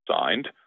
Signed